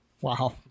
Wow